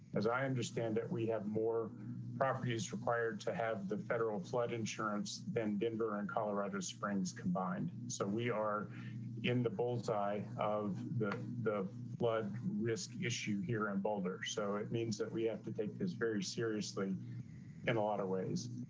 as i understand that we have more properties required to have the federal flood insurance than denver and colorado springs combined. so we are sam weaver in the bullseye of the the blood risk issue here in boulder. so it means that we have to take this very seriously in a lot of ways.